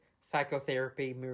psychotherapy